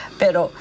pero